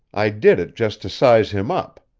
i did it just to size him up.